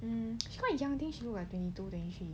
hmm she look like twenty two then she